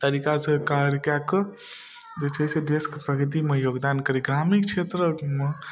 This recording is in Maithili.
तरीकासँ कार्य कऽ कऽ जे छै से देशके प्रगतिमे योगदान करै ग्रामीण क्षेत्रमे